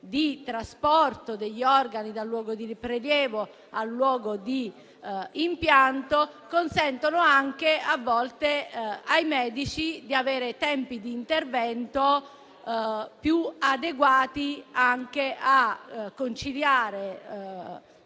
di trasporto degli organi dal luogo di prelievo al luogo di impianto. Consentono anche, a volte, ai medici di avere tempi di intervento più adeguati a conciliare